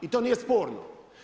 I to nije sporno.